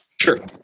Sure